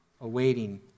awaiting